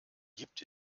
gibt